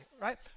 right